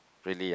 really